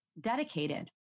dedicated